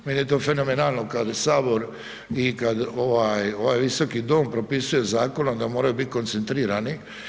Meni je to fenomenalno kad Sabor i kad ovaj Visoki dom propisuje zakonom da moraju biti koncentrirani.